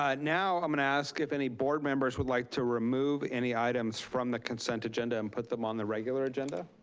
ah now i'm gonna ask if any board members would like to remove any items from the consent agenda and put them on the regular agenda.